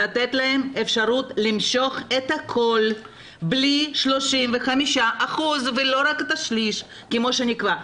לתת להם אפשרות למשוך את הכול בלי 35% ולא רק את השליש כמו שנקבע.